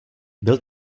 byl